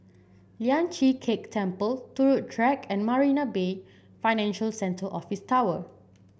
Lian Chee Kek Temple Turut Track and Marina Bay Financial Centre Office Tower